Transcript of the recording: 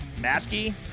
Maskey